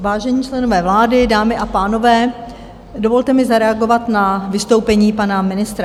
Vážení členové vlády, dámy a pánové, dovolte mi zareagovat na vystoupení pana ministra.